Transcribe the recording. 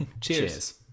Cheers